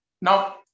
Now